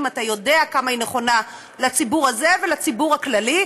אתה יודע כמה היא נכונה לציבור הזה ולציבור הכללי,